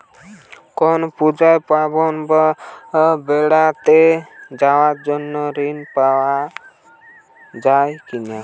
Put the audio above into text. কোনো পুজো পার্বণ বা বেড়াতে যাওয়ার জন্য ঋণ পাওয়া যায় কিনা?